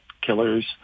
killers